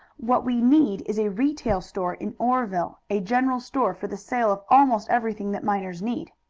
what we need is a retail store in oreville a general store for the sale of almost everything that miners need.